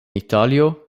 italio